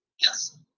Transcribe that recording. Yes